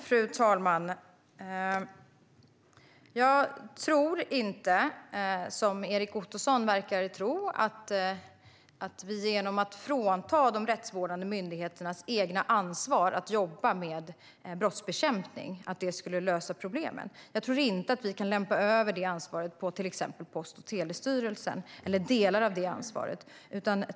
Fru talman! Jag tror inte, som Erik Ottoson verkar tro, att vi genom att frånta de rättsvårdande myndigheterna deras eget ansvar att jobba med brottsbekämpning skulle lösa problemen. Jag tror inte att vi kan lämpa över det ansvaret eller delar av ansvaret på till exempel Post och telestyrelsen.